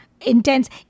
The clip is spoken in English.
Intense